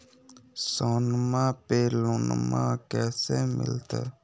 सोनमा पे लोनमा कैसे मिलते?